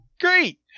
Great